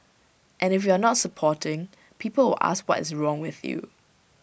and if you are not supporting people will ask what is wrong with you